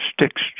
sticks